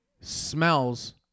smells